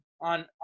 on